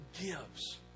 gives